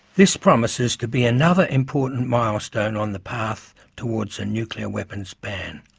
this promises to be another important milestone on the path towards a nuclear weapons ban.